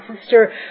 sister